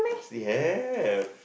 she have